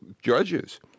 judges